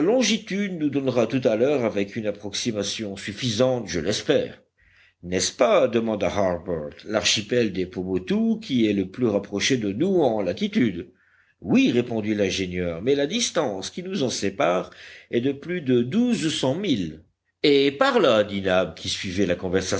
nous donnera tout à l'heure avec une approximation suffisante je l'espère n'est-ce pas demanda harbert l'archipel des pomotou qui est le plus rapproché de nous en latitude oui répondit l'ingénieur mais la distance qui nous en sépare est de plus de douze cents milles et par là dit nab qui suivait la